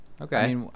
okay